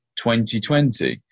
2020